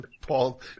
Paul